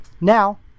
Now